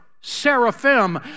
seraphim